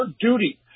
duty